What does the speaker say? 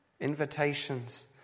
Invitations